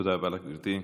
תודה רבה לך, גברתי.